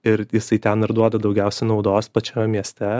ir jisai ten ir duoda daugiausia naudos pačiame mieste